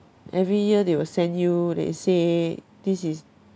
every year they will send you they say this is